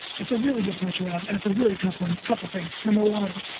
it's a really good question, rob, and it's a really tough one. couple of things. number one.